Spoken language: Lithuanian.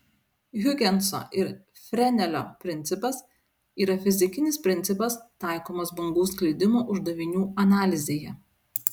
hiugenso ir frenelio principas yra fizikinis principas taikomas bangų sklidimo uždavinių analizėje